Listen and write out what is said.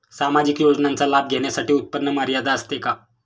सामाजिक योजनांचा लाभ घेण्यासाठी उत्पन्न मर्यादा असते का?